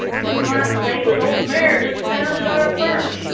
you might say that old meredith founded our firm.